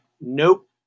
nope